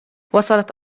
وصلت